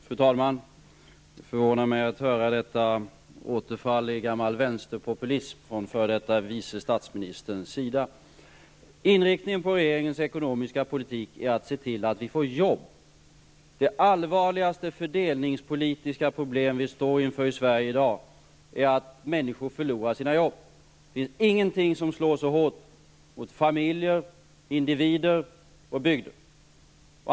Fru talman! Det förvånar mig att höra detta återfall i gammal vänsterpopulism från f.d. vice statsministerns sida. Inriktningen på regeringens ekonomiska politik är att se till att vi får fram jobb. Det allvarligaste fördelningspolitiska problemet som vi står inför i Sverige i dag är att människor förlorar sina jobb. Det finns ingenting som slår så hårt mot familjer, individer och bygder.